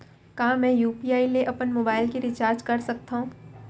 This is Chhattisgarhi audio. का मैं यू.पी.आई ले अपन मोबाइल के रिचार्ज कर सकथव?